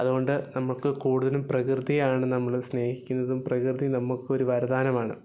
അതുകൊണ്ട് നമുക്ക് കൂടുതലും പ്രകൃതിയെയാണ് നമ്മൾ സ്നേഹിക്കുന്നതും പ്രകൃതി നമുക്ക് ഒരു വരദാനമാണ്